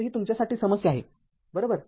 तर ही तुमच्यासाठी समस्या आहे बरोबर